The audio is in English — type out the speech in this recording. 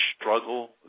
struggle